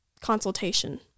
consultation